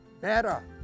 better